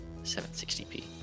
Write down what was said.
760p